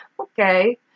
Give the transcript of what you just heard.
Okay